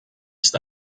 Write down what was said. ist